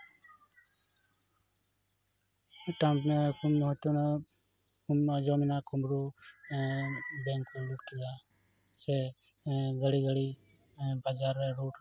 ᱢᱤᱫᱴᱟᱝ ᱯᱩᱱᱼᱢᱚᱬᱮ ᱦᱚᱲᱛᱮ ᱚᱱᱮ ᱟᱸᱡᱚᱢᱮᱱᱟ ᱠᱩᱸᱵᱽᱲᱩ ᱵᱮᱝᱠ ᱠᱚ ᱠᱩᱸᱵᱽᱲᱩ ᱠᱮᱫᱟ ᱥᱮ ᱜᱟᱲᱤ ᱜᱟᱲᱤ ᱵᱟᱡᱟᱨ ᱨᱮ ᱨᱳᱰ ᱨᱮ ᱦᱚᱭᱛᱚ